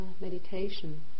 meditation